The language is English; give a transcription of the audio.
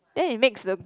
then it makes the